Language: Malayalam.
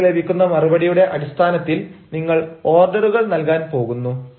നിങ്ങൾക്ക് ലഭിക്കുന്ന മറുപടിയുടെ അടിസ്ഥാനത്തിൽ നിങ്ങൾ ഓർഡറുകൾ നൽകാൻ പോകുന്നു